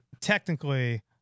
technically